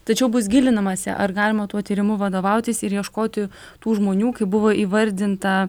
tačiau bus gilinamasi ar galima tuo tyrimu vadovautis ir ieškoti tų žmonių kai buvo įvardinta